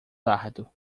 dardo